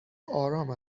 آرام